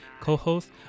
co-host